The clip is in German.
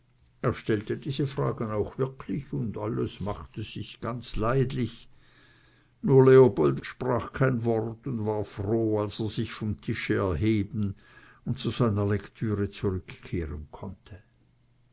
er stellte diese fragen auch wirklich und alles machte sich ganz leidlich nur leopold sprach kein wort und war froh als er sich vom tisch erheben und zu seiner lektüre zurückkehren konnte